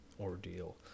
ordeal